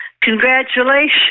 Congratulations